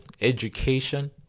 education